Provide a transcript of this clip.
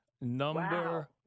Number